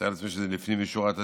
אני מתאר לעצמי שזה לפנים משורת הדין,